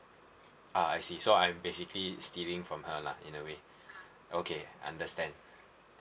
uh I see so I basically stealing from her lah in a way okay understand